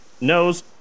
knows